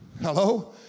Hello